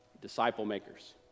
disciple-makers